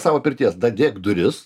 savo pirties dadėk duris